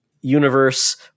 universe